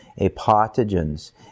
apotogens